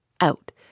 Out